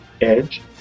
Edge